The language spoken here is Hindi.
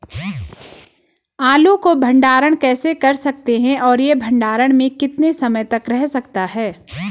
आलू को भंडारण कैसे कर सकते हैं और यह भंडारण में कितने समय तक रह सकता है?